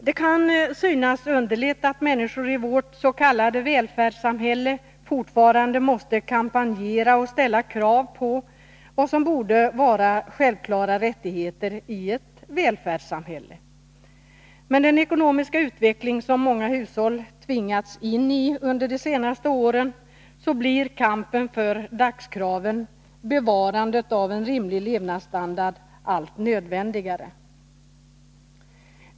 Det kan synas underligt att människor i vårt s.k. välfärdssamhälle fortfarande måste driva kampanjer för och ställa krav på vad som borde vara självklara rättigheter i ett sådant samhälle. Men med den ekonomiska utveckling som många hushåll tvingats in i under de senaste åren blir kampen för dagskraven, för bevarandet av en rimlig levnadsstandard, allt nödvändigare.